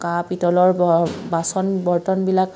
কাঁহ পিতলৰ বাচন বৰ্তনবিলাক